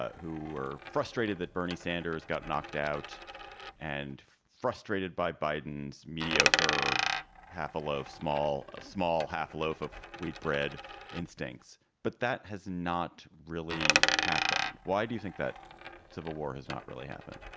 who were frustrated that bernie sanders got knocked out and frustrated by biden's mediocre half a loaf, small, small half loaf of wheat bread instincts. but that has not really happened. why do you think that civil war has not really happened?